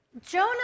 Jonah